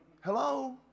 Hello